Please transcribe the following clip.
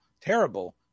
terrible